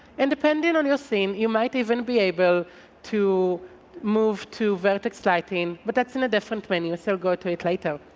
and depending on your scene, you might even be able to move to vertex lighting, but that's in a different menu, so go to it later.